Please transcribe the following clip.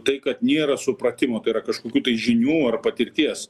tai kad nėra supratimo tai yra kažkokių žinių ar patirties